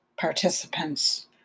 participants